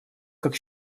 как